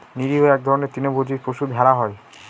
নিরীহ এক ধরনের তৃণভোজী পশু ভেড়া হয়